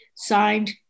signed